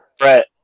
Brett